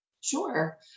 Sure